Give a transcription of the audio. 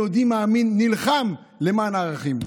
יהודי מאמין נלחם למען הערכים.